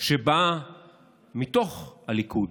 שבא מתוך הליכוד,